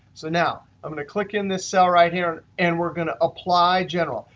so now i'm going to click in the cell right here, and we're going to apply general.